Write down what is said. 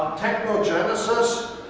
technogenesis,